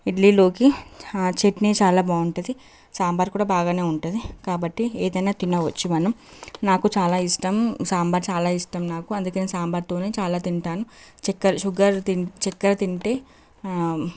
ఇడ్లీలోకి చెట్నీ చాలా బాగుంటది సాంబార్ కూడా బాగానే ఉంటుంది కాబట్టి ఏదైనా తినవచ్చు మనం నాకు చాలా ఇష్టం సాంబార్ చాలా ఇష్టం నాకు అందుకని సాంబార్తోనే చాలా తింటాను చెక్ షుగర్ చక్కెర తింటే